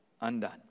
undone